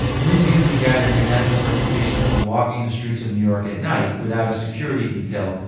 lindsay has been gathering a national reputation for walking the streets of new york at night without a security detail,